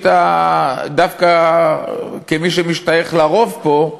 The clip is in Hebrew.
דווקא כמי שמשתייך לרוב פה,